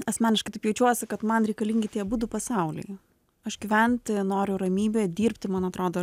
asmeniškai taip jaučiuosi kad man reikalingi tie abudu pasaulyje aš gyventi noriu ramybėj dirbti man atrodo